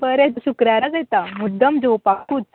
बरें तर शुक्रारात येता मुद्दम जेवपाकूच